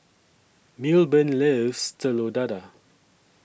Milburn loves Telur Dadah